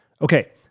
okay